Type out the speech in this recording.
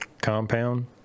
compound